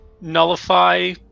nullify